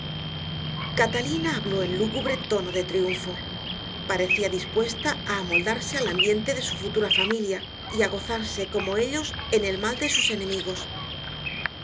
catalina habló en lúgubre tono de triunfo parecía dispuesta a amoldarse al ambiente de su futura familia y a gozarse como ellos en el mal de sus enemigos